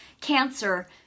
cancer